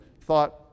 thought